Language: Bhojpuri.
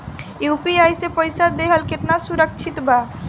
यू.पी.आई से पईसा देहल केतना सुरक्षित बा?